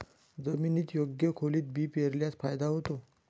जमिनीत योग्य खोलीत बी पेरल्यास फायदा होतो